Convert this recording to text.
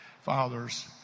fathers